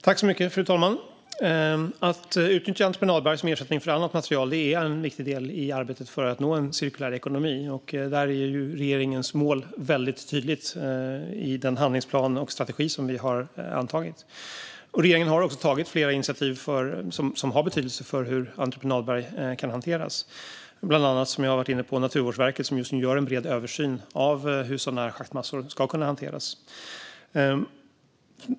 Fru talman! Att utnyttja entreprenadberg som ersättning för annat material är en viktig del i arbetet för att nå en cirkulär ekonomi. Där framgår regeringens mål tydligt i den handlingsplan och strategi som vi har antagit. Regeringen har också tagit flera initiativ som har betydelse för hur entreprenadberg kan hanteras. Jag har varit inne på att bland annat Naturvårdsverket gör en bred översyn av hur schaktmassor kan hanteras.